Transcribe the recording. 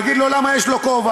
נגיד לו: למה יש לו כובע?